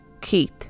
Keith